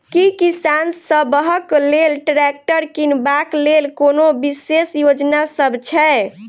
की किसान सबहक लेल ट्रैक्टर किनबाक लेल कोनो विशेष योजना सब छै?